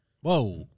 Whoa